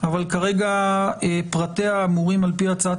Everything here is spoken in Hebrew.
אבל כרגע פרטיה אמורים על פי הצעת